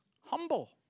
humble